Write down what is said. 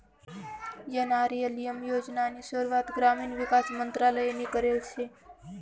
NRLM योजनानी सुरुवात ग्रामीण विकास मंत्रालयनी करेल शे